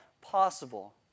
possible